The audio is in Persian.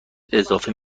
اضافه